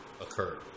occurred